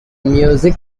music